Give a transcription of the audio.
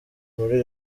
muri